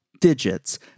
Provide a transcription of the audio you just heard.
digits